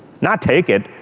not take it.